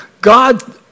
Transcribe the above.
God